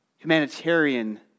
humanitarian